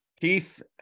Keith